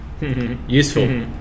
Useful